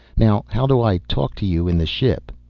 now how do i talk to you in the ship?